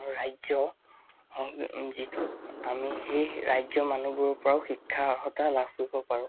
ৰাজ্য যিটো আমি সেই ৰাজ্যৰ মানুহবোৰৰ পৰাও শিক্ষা অৰ্হতা লাভ কৰিব পাৰোঁ